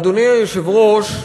גברתי היושבת-ראש,